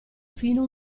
fino